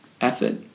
effort